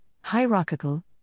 hierarchical